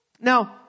Now